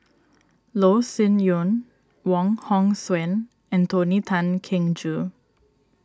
Loh Sin Yun Wong Hong Suen and Tony Tan Keng Joo